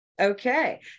okay